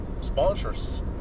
sponsors